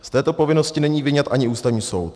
Z této povinnosti není vyňat ani Ústavní soud.